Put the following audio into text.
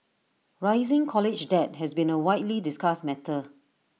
rising college debt has been A widely discussed matter